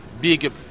big